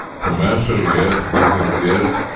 commercial yes, business yes,